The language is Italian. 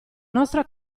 nostra